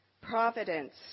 providence